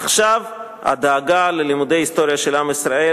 עכשיו הדאגה ללימודי ההיסטוריה של עם ישראל